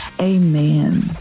Amen